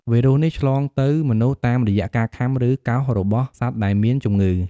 វីរុសនេះ ឆ្លងទៅមនុស្សតាមរយៈការខាំ ឬកោសរបស់សត្វដែលមានជំងឺ។